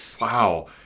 Wow